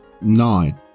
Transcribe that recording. nine